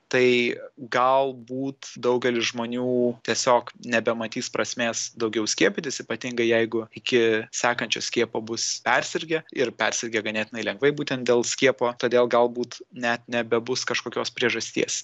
tai galbūt daugelis žmonių tiesiog nebematys prasmės daugiau skiepytis ypatingai jeigu iki sekančio skiepo bus persirgę ir persirgę ganėtinai lengvai būtent dėl skiepo todėl galbūt net nebebus kažkokios priežasties